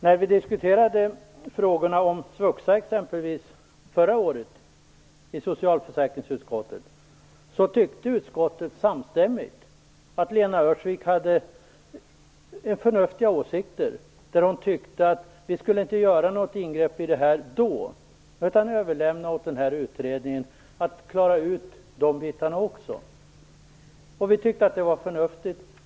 När vi i socialförsäkringsutskottet förra året diskuterade frågan om SVUXA exempelvis, tyckte utskottet enhälligt att Lena Öhrsvik hade förnuftiga åsikter. Hon tyckte att vi inte skulle göra något ingrepp då, utan att vi skulle överlåta till utredningen att klara ut också dessa delar. Vi tyckte det var förnuftigt.